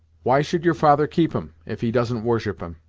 why should your father keep em, if he doesn't worship em.